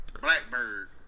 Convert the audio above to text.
Blackbird